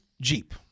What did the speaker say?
Jeep